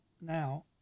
now